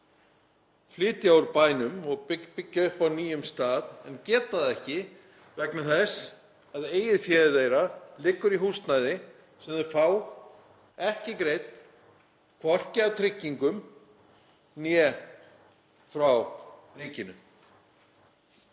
flytja úr bænum og byggja upp á nýjum stað en geta það ekki vegna þess að eigið fé þeirra liggur í húsnæði sem þau fá ekki greitt, hvorki af tryggingum né frá ríkinu.